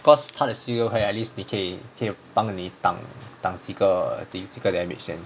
cause 它的 ceo 还 at least 你可以可以帮你挡挡几个几个 damage 先